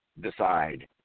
decide